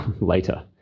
later